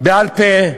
בעל-פה.